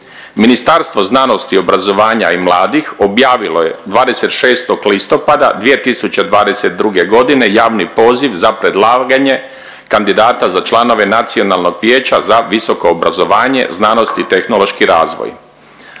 Ministarstvo znanosti i obrazovanja i mladih objavilo je 26. listopada 2022. g. javni poziv za predlaganje kandidata za članove nacionalnog vijeća za visoko obrazovanje, znanost i tehnološki razvoj.